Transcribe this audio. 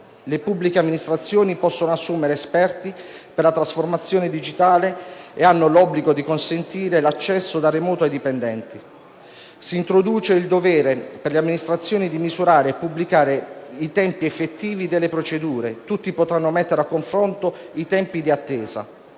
le pubbliche amministrazioni possono assumere esperti per la trasformazione digitale e hanno l'obbligo di consentire l'accesso da remoto ai dipendenti. Si introduce il dovere per le amministrazioni di misurare e pubblicare i tempi effettivi delle procedure. Tutti potranno mettere a confronto i tempi di attesa.